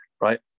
right